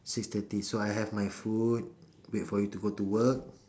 six thirty so I have my food wait for you to go to work